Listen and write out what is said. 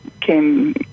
came